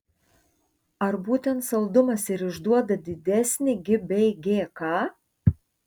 ar būtent saldumas ir išduoda didesnį gi bei gk